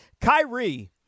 Kyrie